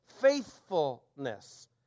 faithfulness